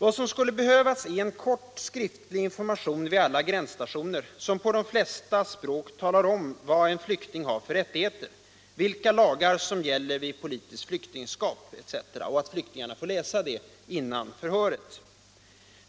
Vad som skulle behövas är en kort skriftlig information vid alla gränsstationer som på de flesta språk talar om vad en flykting har för rättigheter, vilka lagar som gäller vid politiskt flyktingskap etc., och som flyktingen El borde få läsa före förhöret.